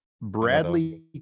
Bradley